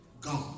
God